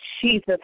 Jesus